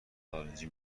نارنجی